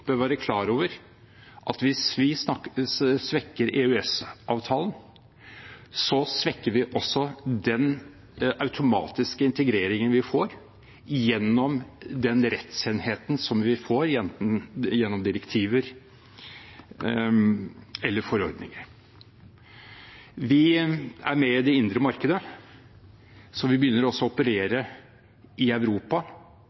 bør være klar over at hvis vi svekker EØS-avtalen, svekker vi også den automatiske integreringen vi får gjennom den rettsenheten som vi får enten gjennom direktiver eller forordninger. Vi er med i det indre markedet, så vi begynner også